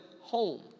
home